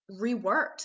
reworked